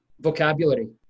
vocabulary